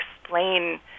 explain